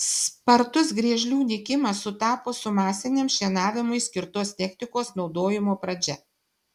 spartus griežlių nykimas sutapo su masiniam šienavimui skirtos technikos naudojimo pradžia